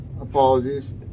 apologies